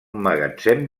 magatzem